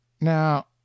Now